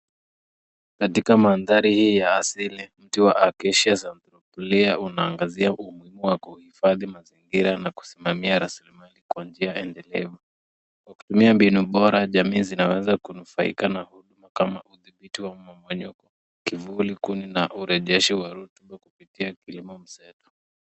Katika madhari hii ya asili mti wa Acasia unaangazia umuhimu wa kuhifadhi mazingira na kusimamia raslimali kwa njia endelevu. Kwa kutumia mbinu bora jamii zinaweza kunufaika na huduma kama udhibiti wa mmonyoko, kivuli, kuni na urejeshi wa rutuba kupitia kilimo mseto.